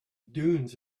dunes